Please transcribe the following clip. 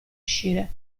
uscire